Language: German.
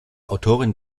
autorin